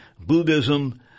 Buddhism